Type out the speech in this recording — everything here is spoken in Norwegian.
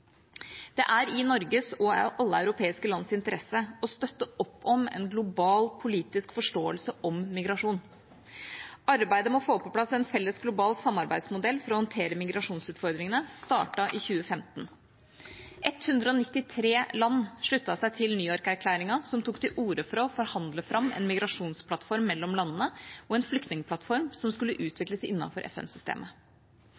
Det er i Norges og alle europeiske lands interesse å støtte opp om en global politisk forståelse om migrasjon. Arbeidet med å få på plass en felles, global samarbeidsmodell for å håndtere migrasjonsutfordringene startet i 2015. 193 land sluttet seg til New York-erklæringen, som tok til orde for å forhandle fram en migrasjonsplattform mellom landene, og en flyktningplattform som skulle